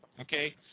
okay